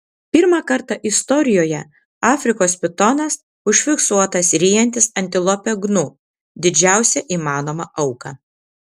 pirmą kartą istorijoje afrikos pitonas užfiksuotas ryjantis antilopę gnu didžiausią įmanomą auką